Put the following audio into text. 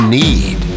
need